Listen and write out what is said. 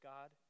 God